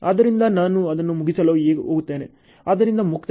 ಆದ್ದರಿಂದ ನಾನು ಅದನ್ನು ಮುಗಿಸಲು ಹೋಗುತ್ತೇನೆ